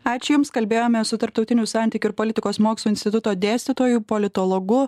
ačiū jums kalbėjomės su tarptautinių santykių ir politikos mokslų instituto dėstytoju politologu